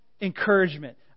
encouragement